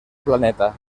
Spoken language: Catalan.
planeta